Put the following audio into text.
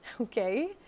okay